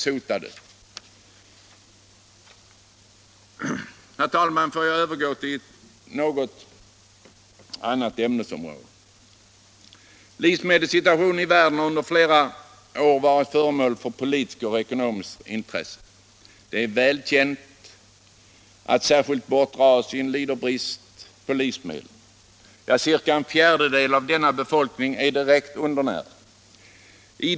Får jag sedan övergå till ett annat ämnesområde. Livsmedelssituationen i världen har under flera år varit föremål för politiskt och ekonomiskt intresse. Det är väl känt att särskilt Bortre Asien lider brist på livsmedel. Ca en fjärdedel av befolkningen där är direkt undernärd.